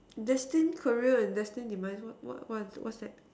destined career and destined demise what what what what's that